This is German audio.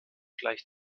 gleich